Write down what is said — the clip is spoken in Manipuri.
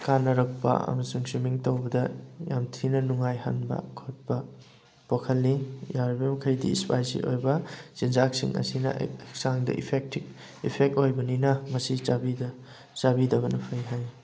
ꯀꯥꯅꯔꯛꯄ ꯑꯃꯁꯨꯡ ꯁ꯭ꯋꯤꯃꯤꯡ ꯇꯧꯕꯗ ꯌꯥꯝ ꯊꯤꯅ ꯅꯨꯡꯉꯥꯏꯍꯟꯕ ꯈꯣꯠꯄ ꯄꯣꯛꯍꯜꯂꯤ ꯌꯥꯔꯤꯕ ꯃꯈꯩꯗꯤ ꯏꯁꯄꯥꯏꯁꯤ ꯑꯣꯏꯕ ꯆꯤꯟꯖꯥꯛꯁꯤꯡ ꯑꯁꯤꯅ ꯍꯛꯆꯥꯡꯗ ꯏꯐꯦꯛꯇꯤꯞ ꯏꯐꯦꯛ ꯑꯣꯏꯕꯅꯤꯅ ꯃꯁꯤ ꯆꯥꯕꯤꯗꯕꯅ ꯐꯩ ꯍꯥꯏ